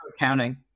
accounting